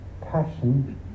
passion